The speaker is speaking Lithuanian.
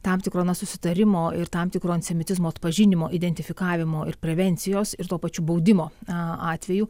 tam tikro na susitarimo ir tam tikro antisemitizmo atpažinimo identifikavimo ir prevencijos ir tuo pačiu baudimo atvejų